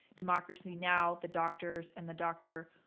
democracy now, the doctors, and the dr.